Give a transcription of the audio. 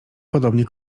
podobnie